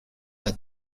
are